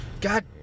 God